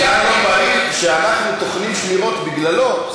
הוא סגן לא פעיל כשאנחנו טוחנים שמירות בגללו,